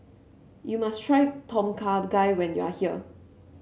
you must try Tom Kha Gai when you are here